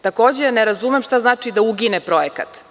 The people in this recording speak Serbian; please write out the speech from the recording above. Takođe, ne razumem šta znači da ugine projekat?